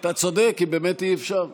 אתה צודק, באמת אי-אפשר.